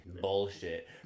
Bullshit